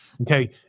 okay